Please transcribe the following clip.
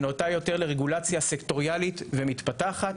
שנוטה יותר לרגולציה סקטוריאלית ומתפתחת.